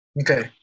okay